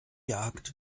jagd